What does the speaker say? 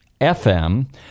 FM